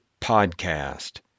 podcast